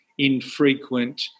infrequent